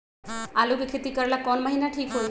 आलू के खेती करेला कौन महीना ठीक होई?